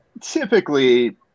Typically